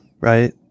right